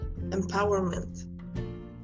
empowerment